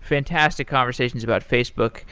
fantastic conversations about facebook.